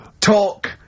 talk